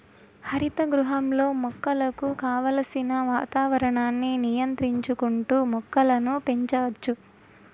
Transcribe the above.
హరిత గృహంలో మొక్కలకు కావలసిన వాతావరణాన్ని నియంత్రించుకుంటా మొక్కలను పెంచచ్చు